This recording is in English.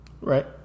Right